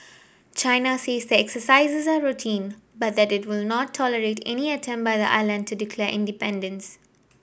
China says the exercises are routine but that it will not tolerate any attempt by the island to declare independence